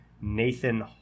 Nathan